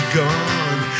gone